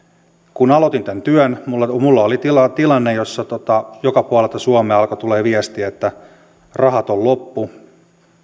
kun aloitin tämän työn minulla oli tilanne jossa joka puolelta suomea alkoi tulemaan viestiä että rahat on loppu